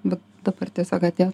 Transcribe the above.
bet dabar tiesiog atėjo